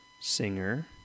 singer